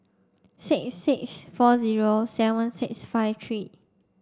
six six four zero seven six five three